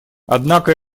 однако